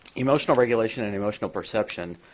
emotional regulation and emotional perception,